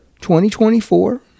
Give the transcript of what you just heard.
2024